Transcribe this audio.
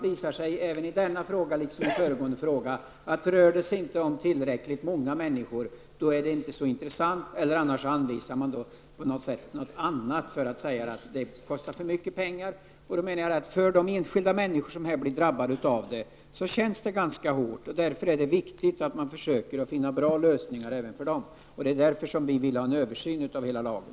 I denna fråga, liksom i föregående fråga, tycker jag att det inte verkar finnas särskilt stort intresse om det inte är fråga om tillräckligt många människor. Man kan hänvisa till någonting annat och säga att det kostar för mycket pengar. Men jag menar att det för de enskilda människor som drabbas kan kännas ganska hårt. Därför är det viktigt att försöka finna bra lösningar även för dessa människor. Det är av den anledningen som vi vill ha en översyn av lagen i dess helhet.